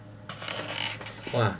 !wah!